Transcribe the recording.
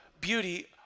beauty